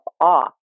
off